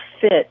fit